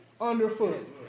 underfoot